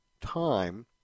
time